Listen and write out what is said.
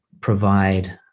provide